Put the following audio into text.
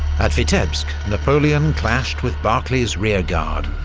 at vitebsk, napoleon clashed with barclay's rearguard,